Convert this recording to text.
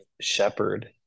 shepherd